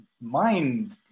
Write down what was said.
mind